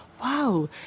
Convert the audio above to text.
wow